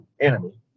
enemy